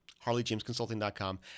harleyjamesconsulting.com